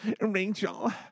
Rachel